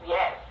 Yes